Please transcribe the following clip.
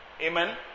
Amen